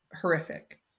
horrific